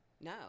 no